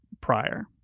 prior